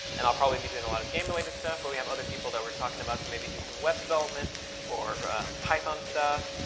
and i'll probably be doing a lot of game related stuff. but we have other people that were talking about to maybe do some web development or python stuff,